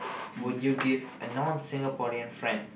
would you give a non Singaporean friend